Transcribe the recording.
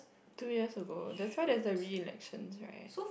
two years ago that's why there is a re-election right